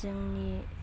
जोंनि